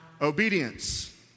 obedience